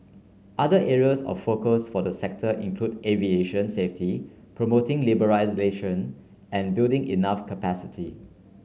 other areas of focus for the sector include aviation safety promoting liberalisation and building enough capacity